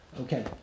Okay